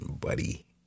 buddy